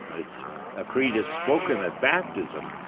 it's a creed is spoken at baptism,